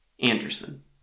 Anderson